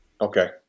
Okay